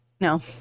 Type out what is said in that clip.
no